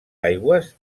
aigües